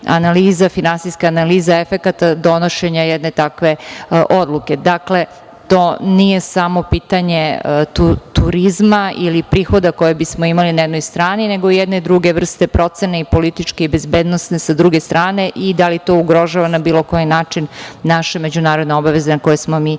se izvrši finansijska analiza efekata donošenja jedne takve odluke. Dakle, to nije samo pitanje turizma ili prihoda koje bismo imali na jednoj strani, nego jedne druge vrste procene i političke i bezbednosne sa druge strane i da li to ugrožava na bilo koji način naše međunarodne obaveze na koje smo